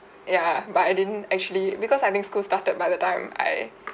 ya but I didn't actually because I think school started by the time I